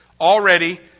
already